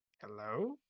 Hello